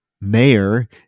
Mayor